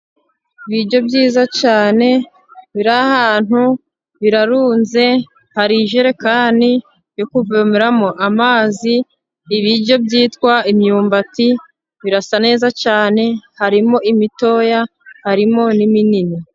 Ibiryo byiza cyane biri ahantu birarunze, hari ijerekani yo kuvomeramo amazi, ibiryo byitwa imyumbati birasa neza cyane harimo imitoya harimo n'iminini.